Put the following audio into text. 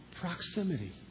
proximity